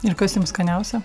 ir kas jum skaniausia